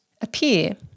appear